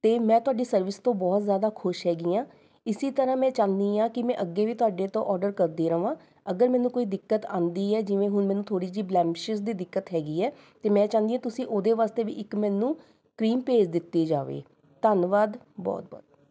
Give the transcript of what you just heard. ਅਤੇ ਮੈਂ ਤੁਹਾਡੀ ਸਰਵਿਸ ਤੋਂ ਬਹੁਤ ਜ਼ਿਆਦਾ ਖੁਸ਼ ਹੈਗੀ ਹਾਂ ਇਸ ਤਰਾਂ ਮੈਂ ਚਾਹੁੰਦੀ ਹਾਂ ਕਿ ਮੈਂ ਅੱਗੇ ਵੀ ਤੁਹਾਡੇ ਤੋਂ ਔਰਡਰ ਕਰਦੀ ਰਹਾਂ ਅਗਰ ਮੈਨੂੰ ਕੋਈ ਦਿੱਕਤ ਆਉਂਦੀ ਹੈ ਜਿਵੇਂ ਹੁਣ ਮੈਨੂੰ ਥੋੜ੍ਹੀ ਜਿਹੀ ਬਲੈਮਸ਼ਿਸ਼ ਦੀ ਦਿੱਕਤ ਹੈਗੀ ਹੈ ਅਤੇ ਮੈਂ ਚਾਹੁੰਦੀ ਹਾਂ ਤੁਸੀਂ ਉਹਦੇ ਵਾਸਤੇ ਵੀ ਇੱਕ ਮੈਨੂੰ ਕ੍ਰੀਮ ਭੇਜ ਦਿੱਤੀ ਜਾਵੇ ਧੰਨਵਾਦ ਬਹੁਤ ਬਹੁਤ